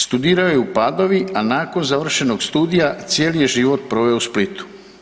Studirao je Padovi a nakon završenog studija, cijeli je život proveo u Splitu.